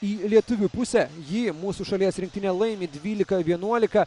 į lietuvių pusę jį mūsų šalies rinktinė laimi dvylika vienuolika